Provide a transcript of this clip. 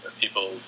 people